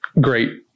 great